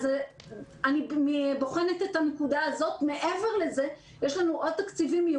אני רוצה להגיד שכשלוקחים מספרים ומציגים אותם בצורה